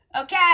okay